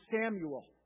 Samuel